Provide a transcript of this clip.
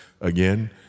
again